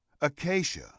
acacia